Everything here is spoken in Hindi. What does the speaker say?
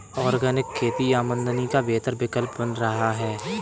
ऑर्गेनिक खेती आमदनी का बेहतर विकल्प बन रहा है